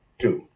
two.